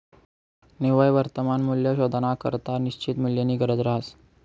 निव्वय वर्तमान मूल्य शोधानाकरता निश्चित मूल्यनी गरज रहास